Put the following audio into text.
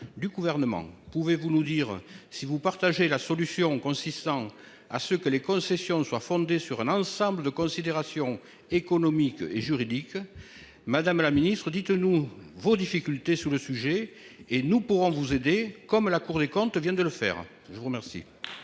du gouvernement. Pouvez-vous nous dire si vous partagez la solution consistant à ce que les concessions soient fondés sur un ensemble de considérations économiques et juridiques. Madame la Ministre dites-nous vos difficultés sur le sujet et nous pourrons vous aider comme la Cour des comptes vient de le faire. Je vous remercie.